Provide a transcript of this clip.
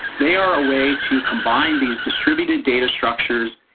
they are a way to combine these distributed data structures,